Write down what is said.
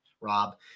Rob